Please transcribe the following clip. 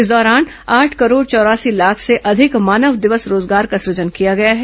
इस दौरान आठ करोड़ चौरासी लाख से अधिक मानव दिवस रोजगार का सुजन किया गया है